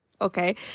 okay